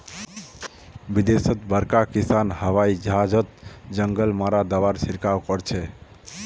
विदेशत बड़का किसान हवाई जहाजओत जंगल मारा दाबार छिड़काव करछेक